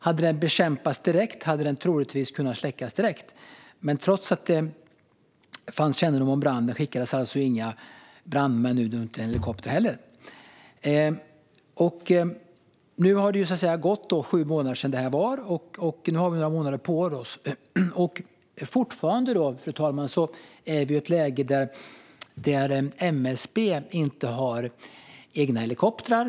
Hade den bekämpats direkt hade den troligtvis kunnat släckas direkt, men trots att det fanns kännedom om branden skickades alltså inga brandmän ut - och ingen helikopter heller. Det har gått sju månader sedan detta hände, och nu har vi några månader på oss. Fortfarande är vi dock i ett läge, fru talman, där MSB inte har egna helikoptrar.